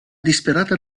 disperata